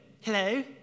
hello